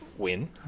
win